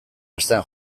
astean